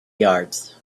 yards